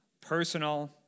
personal